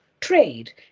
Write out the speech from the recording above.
trade